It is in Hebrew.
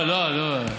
לא, לא, לא.